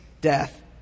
death